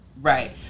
Right